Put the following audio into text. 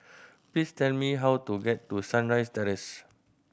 please tell me how to get to Sunrise Terrace